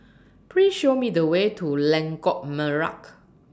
Please Show Me The Way to Lengkok Merak